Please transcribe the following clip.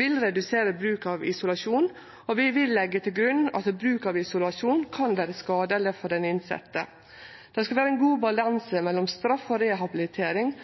vil redusere bruk av isolasjon, og vi vil leggje til grunn at bruk av isolasjon kan vere skadeleg for den innsette. Det skal vere ein god balanse mellom straff og rehabilitering,